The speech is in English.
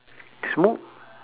smoke